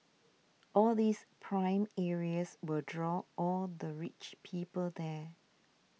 all these prime areas will draw all the rich people there